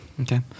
Okay